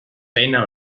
feina